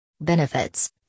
Benefits